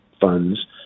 funds